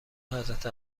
حضرت